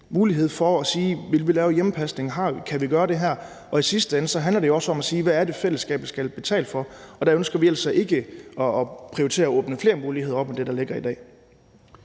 mulighed for at sige: Vi vil lave hjemmepasning, kan vi gøre det her? I sidste ende handler det jo også om, hvad det er, fællesskabet skal betale for. Og der ønsker vi altså ikke at prioritere at åbne flere muligheder end dem, der ligger i dag.